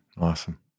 Awesome